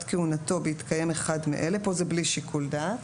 כהונתו בהתקיים אחד מאלה: פה זה בלי שיקול דעת.